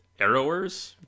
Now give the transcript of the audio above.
Arrowers